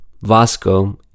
Vasco